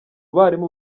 barimu